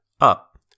up